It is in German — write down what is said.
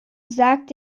sagt